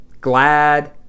glad